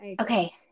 Okay